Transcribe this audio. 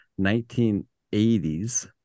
1980s